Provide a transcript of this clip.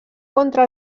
contra